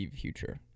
future